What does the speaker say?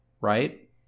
right